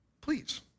Please